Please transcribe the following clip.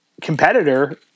competitor